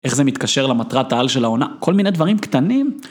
איך זה מתקשר למטרת העל של העונה, כל מיני דברים קטנים.